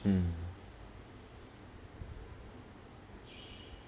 mm